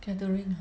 gathering ah